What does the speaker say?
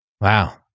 Wow